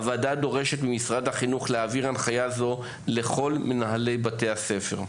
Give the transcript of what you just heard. הוועדה דורשת ממשרד החינוך להעביר הנחייה זו לכל מנהלי בתי הספר.